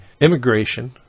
immigration